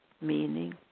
meaning